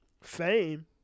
fame